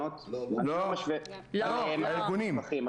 המפוקחים.